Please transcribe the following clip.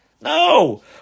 No